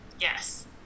yes